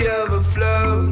overflow